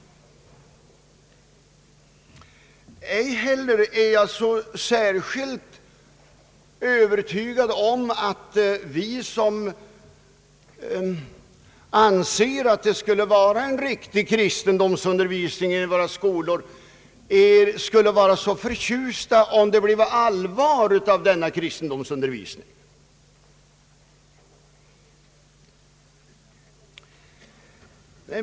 Ej heller är jag helt övertygad om att vi, som anser att det skall vara en riktig kristendomsundervisning i våra skolor, skulle bli så förtjusta om det bleve allvar av denna kristendomsundervisning.